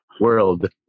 world